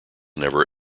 never